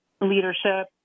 leadership